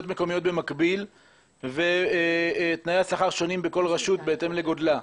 מקומיות במקביל ותנאי שכר שונים בכל רשות בהתאם לגודלה?